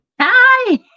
Hi